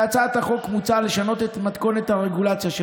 בהצעת החוק מוצע לשנות את מתכונת הרגולציה של